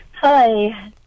Hi